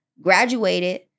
graduated